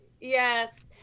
yes